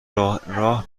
راه